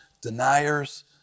deniers